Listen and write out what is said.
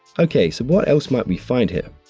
okay, so what else might we find here?